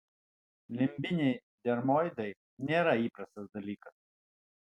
limbiniai dermoidai nėra įprastas dalykas